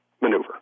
maneuver